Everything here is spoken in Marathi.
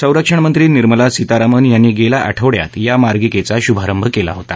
संरक्षण मंत्री निर्मला सीतारामन यांनी गेल्या आठवड्यात या मार्गिकेचा शुभारंभ केला होता